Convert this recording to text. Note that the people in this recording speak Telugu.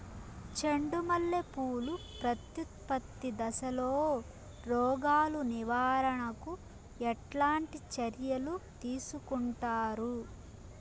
చెండు మల్లె పూలు ప్రత్యుత్పత్తి దశలో రోగాలు నివారణకు ఎట్లాంటి చర్యలు తీసుకుంటారు?